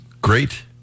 Great